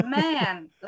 man